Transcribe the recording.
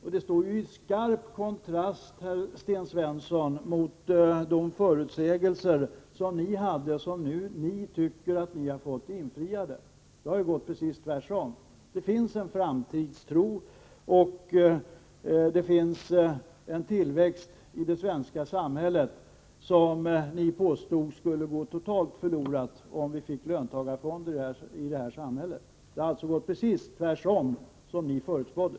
Detta står i skarp kontrast, Sten Svensson, mot de förutsägelser som ni gjorde och som ni nu tycker har infriats. Det är precis tvärtom — det finns en framtidstro och det sker en tillväxt i det svenska samhället som ni påstod skulle gå totalt förlorad om vi fick löntagarfonder. Det har blivit precis tvärtemot vad ni förutspådde.